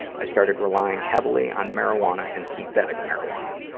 i started relying heavily on marijuana and synthetic marijuana.